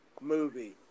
movie